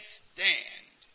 stand